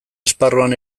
esparruan